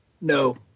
No